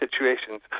situations